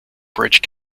bridge